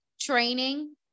training